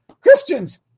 Christians